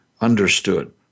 understood